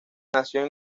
nació